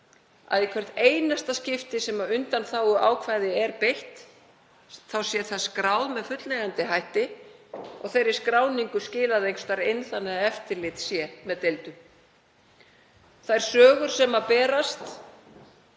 að í hvert einasta skipti sem undanþáguákvæði er beitt sé það skráð með fullnægjandi hætti og þeirri skráningu skilað einhvers staðar inn þannig að eftirlit sé með deildum. Þær sögur sem berast